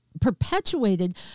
perpetuated